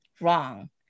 wrong